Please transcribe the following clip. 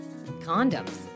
condoms